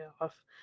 off